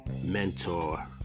mentor